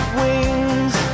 wings